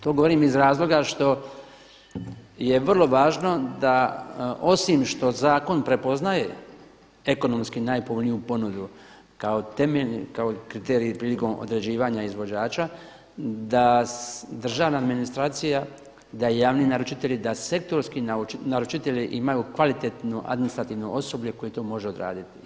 To govorim iz razloga što je vrlo važno da osim što zakon prepoznaje ekonomski najpovoljniju ponudu kao kriterij prilikom određivanja izvođača, da državna administracija, da javni naručitelji, da sektorski naručitelji imaju kvalitetno administrativno osoblje koje to može odraditi.